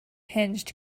hinged